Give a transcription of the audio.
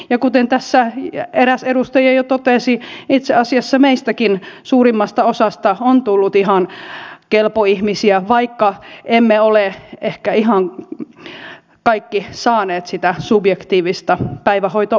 ja kuten tässä eräs edustaja jo totesi itse asiassa meistäkin suurimmasta osasta on tullut ihan kelpo ihmisiä vaikka emme ole ehkä ihan kaikki saaneet sitä subjektiivista päivähoitomahdollisuutta